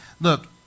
look